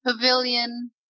pavilion